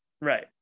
right